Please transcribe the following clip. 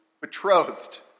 betrothed